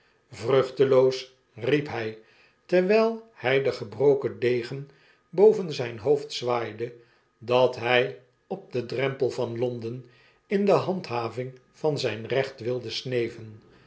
vruchteloos riep hij terwyl hy den gebroken degen boven zijn hbofd zwaaide dat hy op den drempel van londen in de handhaving van zyn recht wilde sneven